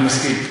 אני מסכים.